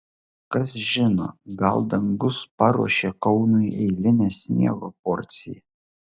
kas žino gal dangus paruošė kaunui eilinę sniego porciją